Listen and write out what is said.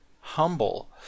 humble